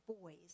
boys